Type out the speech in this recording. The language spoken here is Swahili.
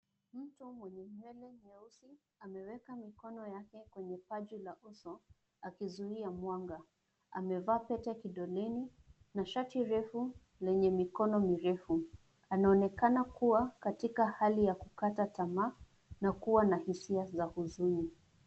Mtu mwenye nywele nyeusi ameweka mikono yake kwenye paji la uso, akizuia mwanga. Amevaa pete kidoleni, na shati refu lenye mikono mirefu. Anaonekana kua katika hali ya kukata tamaa, na kua na hisia za uzuni.